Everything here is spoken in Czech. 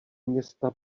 města